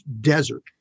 desert